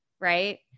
right